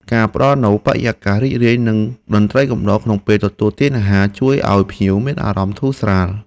ការផ្តល់នូវបរិយាកាសរីករាយនិងតន្ត្រីកំដរក្នុងពេលទទួលទានអាហារ ជួយឱ្យភ្ញៀវមានអារម្មណ៍ធូរស្រាល។